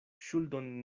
ŝuldon